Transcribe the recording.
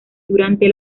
durante